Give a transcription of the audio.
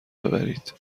ببرید